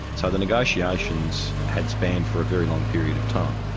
so the negotiations had spanned for a very long period of time.